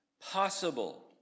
possible